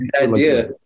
idea